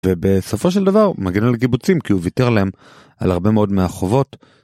ובסופו של דבר הוא מגן על הקיבוצים כי הוא ויתר להם על הרבה מאוד מהחובות.